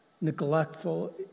neglectful